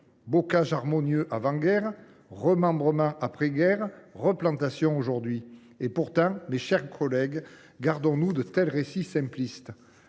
bocage harmonieux avant guerre, remembrement après guerre, replantation aujourd’hui. Et pourtant, mes chers collègues, gardons nous de tels récits simplistes.